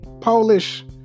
Polish